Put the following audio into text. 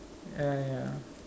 ya ya ya